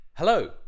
Hello